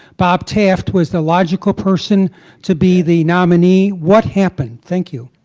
bob taft was the logical person to be the nominee. what happened? thank you.